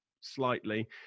slightly